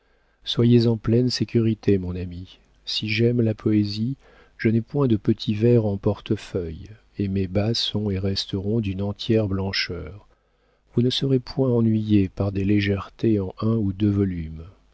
soyez en pleine sécurité mon ami si j'aime la poésie je n'ai point de petits vers en portefeuille et mes bas sont et resteront d'une entière blancheur vous ne serez point ennuyé par des légèretés en un ou deux volumes